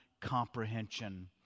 comprehension